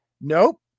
Nope